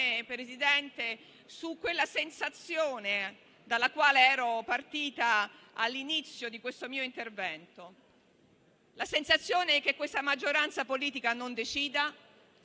torno su quella sensazione dalla quale ero partita all'inizio di questo mio intervento. La sensazione è che questa maggioranza politica non decida,